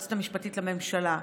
היועצת המשפטית לממשלה,